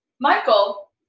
Michael